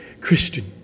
Christian